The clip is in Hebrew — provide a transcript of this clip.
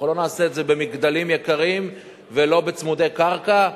אנחנו לא נעשה את זה במגדלים יקרים ולא בצמודי קרקע.